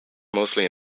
mostly